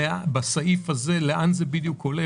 בסעיף הזה לאן זה בדיוק הולך?